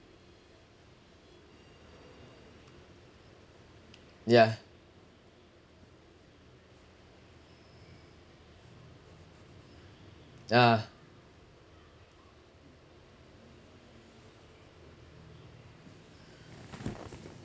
yeah ah